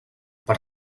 per